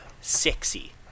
sexy